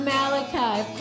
Malachi